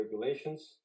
regulations